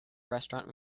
restaurant